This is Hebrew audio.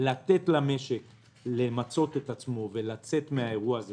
לתת למשק למצות את עצמו ולצאת מהאירוע הזה